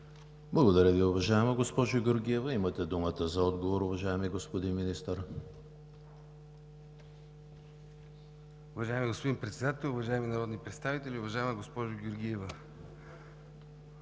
Благодаря Ви, уважаема госпожо Георгиева. Имате думата за отговор, уважаеми господин Министър. МИНИСТЪР БОИЛ БАНОВ: Уважаеми господин Председател, уважаеми народни представители! Уважаема госпожо Георгиева,